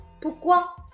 Pourquoi